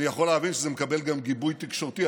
אני יכול להבין שזה מקבל גם גיבוי תקשורתי.